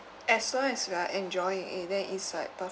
as long as you are enjoying it then it's like per~